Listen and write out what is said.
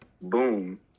boom